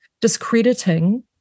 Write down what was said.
discrediting